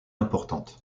importantes